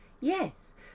Yes